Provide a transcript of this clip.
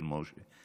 של משה.